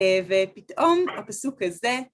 ופתאום הפסוק הזה.